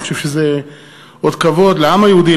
אני חושב שזה אות כבוד לעם היהודי,